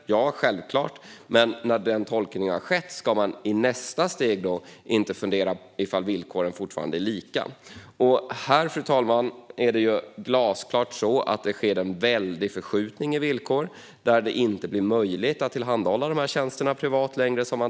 Ja, självklart. Men ska man då inte i nästa steg fundera på om villkoren fortfarande är lika? Det är glasklart att det sker en väldig förskjutning när det gäller villkoren. Det blir inte längre möjligt att tillhandahålla dessa tjänster privat längre.